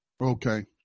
Okay